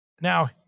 Now